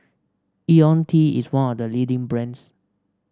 IoniL T is one of the leading brands